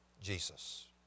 Jesus